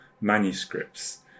manuscripts